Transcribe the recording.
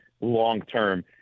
long-term